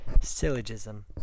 syllogism